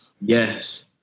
Yes